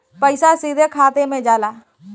पइसा सीधे खाता में जाला